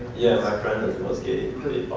yeah, my friend was gay,